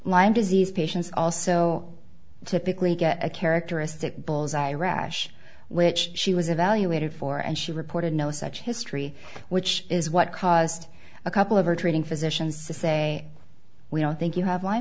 lyme disease patients also typically get a characteristic bull's eye rash which she was evaluated for and she reported no such history which is what caused a couple of her treating physicians to say we don't think you have lyme